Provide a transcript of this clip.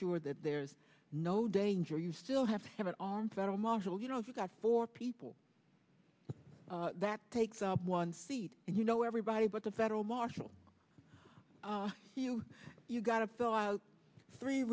sure that there's no danger you still have to have an armed federal marshal you know if you've got four people that takes up one seat and you know everybody but the federal marshals you you've got to thaw out three